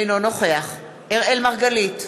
אינו נוכח אראל מרגלית,